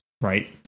right